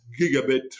gigabit